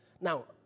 Now